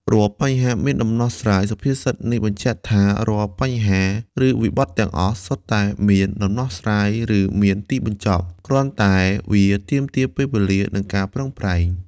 រាល់បញ្ហាមានដំណោះស្រាយ សុភាសិតនេះបញ្ជាក់ថា រាល់បញ្ហា ឬវិបត្តិទាំងអស់សុទ្ធតែមាន ដំណោះស្រាយ ឬមានទីបញ្ចប់ គ្រាន់តែវាទាមទារពេលវេលា និងការប្រឹងប្រែង។